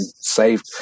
saved